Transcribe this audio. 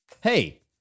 Hey